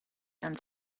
and